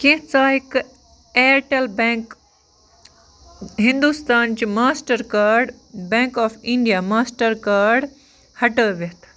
کیٚنٛہہ ژٕ ہیٚککھٕ آیَرٹیٚل بیٚنٛک ہِنٛدُستانچہٕ Mastercard Bank of India Mastercard ہٹٲوِتھ